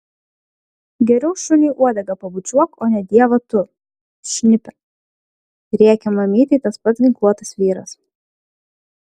geriau šuniui uodegą pabučiuok o ne dievą tu šnipe rėkė mamytei tas pats ginkluotas vyras